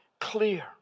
clear